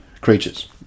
creatures